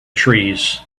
trees